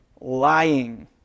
lying